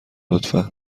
لطفا